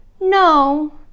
no